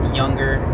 younger